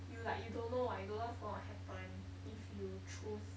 you like you don't know what you don't know what's gonna happen if you choose